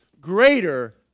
greater